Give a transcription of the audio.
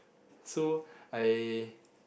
so I